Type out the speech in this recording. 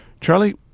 Charlie